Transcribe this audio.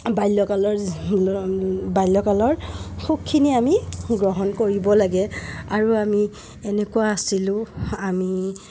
বাল্যকালৰ বাল্যকালৰ সুখখিনি আমি গ্ৰহণ কৰিব লাগে আৰু আমি এনেকুৱা আছিলোঁ আমি